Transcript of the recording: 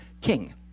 king